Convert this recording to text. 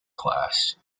class